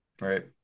right